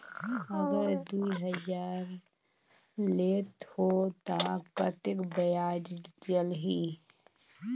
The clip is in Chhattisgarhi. अगर दुई हजार लेत हो ता कतेक ब्याज चलही?